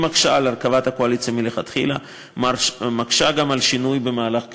היא מקשה על הרכבת הקואליציה מלכתחילה ומקשה גם על השינוי במהלך הכהונה.